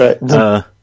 Right